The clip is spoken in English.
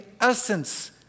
essence